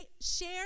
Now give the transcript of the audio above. share